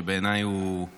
ובעיניי יותר